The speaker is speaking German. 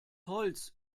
holz